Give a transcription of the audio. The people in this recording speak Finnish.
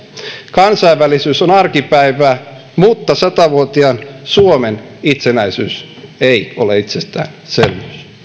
kansainvälisyys on arkipäivää mutta sata vuotiaan suomen itsenäisyys ei ole itsestäänselvyys